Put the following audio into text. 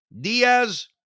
Diaz